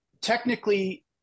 technically